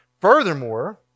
Furthermore